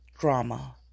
drama